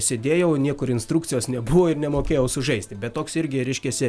sėdėjau niekur instrukcijos nebuvo ir nemokėjau sužaisti bet toks irgi reiškiasi